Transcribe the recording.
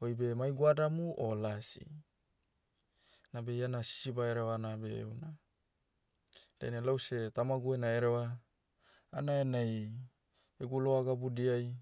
oibe mai goadamu o lasi. Nabe iena sisiba herevana beh euna. Dainai lause tamagu ena hereva, hanai hanai, egu loa gabudiai,